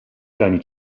دانی